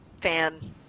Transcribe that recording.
fan